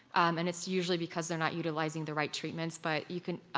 um and it's usually because they're not utilizing the right treatments, but you can.